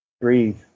breathe